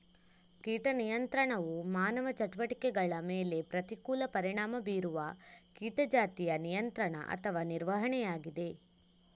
ಕೀಟ ನಿಯಂತ್ರಣವು ಮಾನವ ಚಟುವಟಿಕೆಗಳ ಮೇಲೆ ಪ್ರತಿಕೂಲ ಪರಿಣಾಮ ಬೀರುವ ಕೀಟ ಜಾತಿಯ ನಿಯಂತ್ರಣ ಅಥವಾ ನಿರ್ವಹಣೆಯಾಗಿದೆ